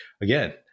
again